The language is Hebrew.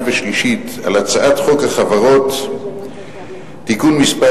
ושלישית על הצעת חוק החברות (תיקון מס'